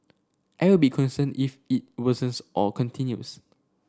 I would be concerned if it worsens or continues